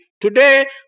Today